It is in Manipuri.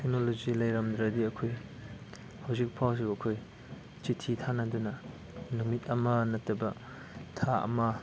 ꯇꯦꯛꯅꯣꯂꯣꯖꯤ ꯂꯩꯔꯝꯗ꯭ꯔꯗꯤ ꯑꯩꯈꯣꯏ ꯍꯧꯖꯤꯛ ꯐꯥꯎꯁꯨ ꯑꯩꯈꯣꯏ ꯆꯤꯊꯤ ꯊꯥꯅꯗꯨꯅ ꯅꯨꯃꯤꯠ ꯑꯃ ꯅꯠꯇꯕ ꯊꯥ ꯑꯃ